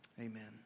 Amen